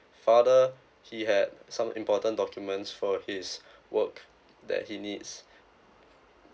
father he had some important documents for his work that he needs